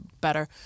better